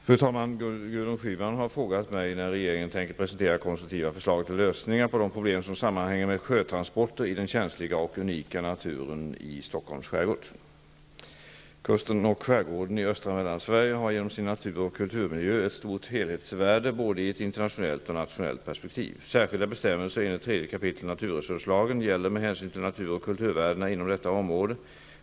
Fru talman! Gudrun Schyman har frågat mig när regeringen tänker presentera konstruktiva förslag till lösningar på de problem som sammanhänger med sjötransporter i den känsliga och unika naturen i Stockholms skärgård. Kusten och skärgården i östra Mellansverige har genom sin natur och kulturmiljö ett stort helhetsvärde både i ett internationellt och i ett nationellt perspektiv. Särskilda bestämmelser enligt 3 kap. naturresurslagen gäller med hänsyn till natur och kulturvärdena inom detta område.